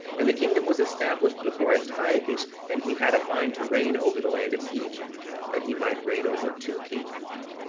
and the kingdom was established before antiochus, and he had a mind to reign over the land of egypt, that he might reign over two kingdoms.